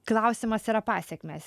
klausimas yra pasekmės